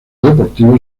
deportivo